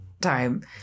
time